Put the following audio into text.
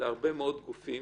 להרבה מאוד גופים.